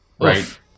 right